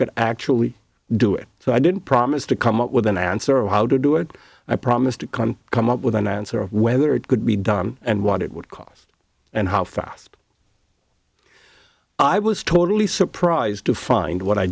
could actually do it so i didn't promise to come up with an answer how to do it i promise to come come up with an answer of whether it could be done and what it would cost and how fast i was totally surprised to find what i